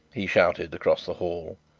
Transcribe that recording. he shouted across the hall.